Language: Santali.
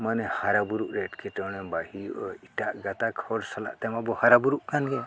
ᱢᱟᱱᱮ ᱦᱟᱨᱟ ᱵᱩᱨᱩᱜ ᱨᱮ ᱮᱴᱠᱮᱴᱚᱬᱮ ᱵᱟᱭ ᱦᱩᱭᱩᱜᱼᱟ ᱮᱴᱟᱜ ᱜᱟᱛᱟᱠ ᱦᱚᱲ ᱥᱟᱞᱟᱜ ᱛᱮᱢ ᱟᱵᱚ ᱦᱟᱨᱟ ᱵᱩᱨᱩᱜ ᱠᱟᱱ ᱜᱮᱭᱟ